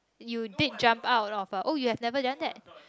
you did jump out of a oh you have never done that